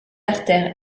artère